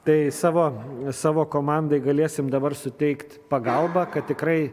tai savo savo komandai galėsim dabar suteikt pagalbą kad tikrai